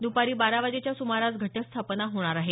द्रपारी बारा वाजेच्या सुमारास घटस्थापना होणार आहे